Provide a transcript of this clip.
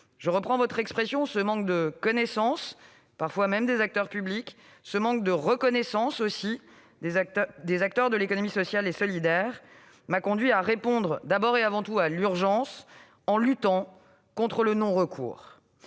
de M. le sénateur Benarroche, ce manque de connaissance, parfois même des acteurs publics, ce manque de reconnaissance, aussi, des acteurs de l'économie sociale et solidaire, m'ont conduit à répondre d'abord et avant tout à l'urgence, en luttant contre le non-recours.